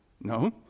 No